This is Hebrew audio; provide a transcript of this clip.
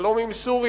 שלום עם סוריה,